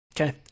Okay